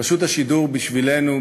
רשות השידור בשבילנו,